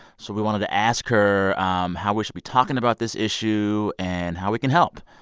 so we wanted to ask her um how we should be talking about this issue and how we can help.